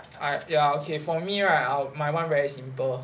I ya okay for me right my [one] very simple